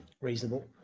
reasonable